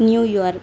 New York